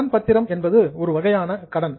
கடன் பத்திரம் என்பதும் ஒரு வகையான கடன்